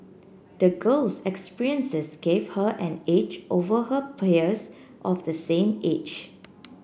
the girl's experiences gave her an edge over her peers of the same age